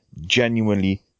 genuinely